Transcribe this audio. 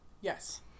Yes